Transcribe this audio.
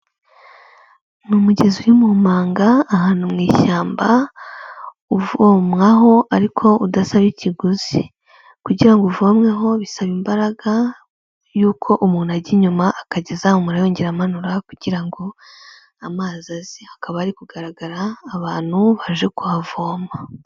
Ni umugezi uri mu manga, ahantu mu ishyamba, uvomwaho ariko udasaba ikiguzi. Kugira ngo uvomweho bisaba imbaraga y'uko umuntu ajya inyuma akajya azamura yongera amanura kugira ngo amazi aze. Hakaba hari kugaragara abantu baje kuhavoma.